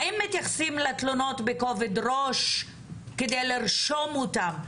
האם מתייחסים לתלונות בכובד ראש כדי לרשום אותן,